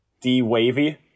D-Wavy